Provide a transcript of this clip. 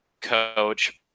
coach